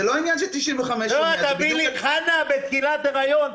זה לא עניין של 95 או 100. אתה מביא לי חנה בתחילת היריון.